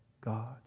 God